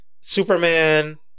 Superman